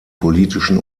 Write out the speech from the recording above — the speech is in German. politischen